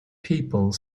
people